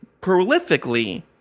prolifically